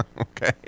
okay